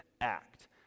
act